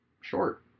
short